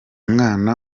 mwana